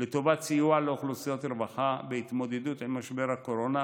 לטובת סיוע לאוכלוסיות רווחה בהתמודדות עם משבר הקורונה,